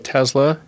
Tesla